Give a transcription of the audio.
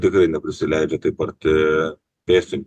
tikrai neprisileidžia taip arti pėstin